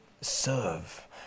serve